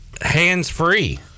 hands-free